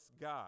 God